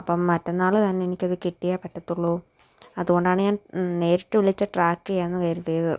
അപ്പം മറ്റന്നാൾ തന്നെ എനിക്ക് അത് കിട്ടിയേ പറ്റത്തുള്ളു അതുകൊണ്ടാണ് ഞാൻ നേരിട്ട് വിളിച്ച് ട്രാക്ക് ചെയ്യാമെന്ന് കരുതിയത്